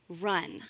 run